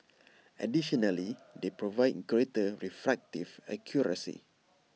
additionally they provide greater refractive accuracy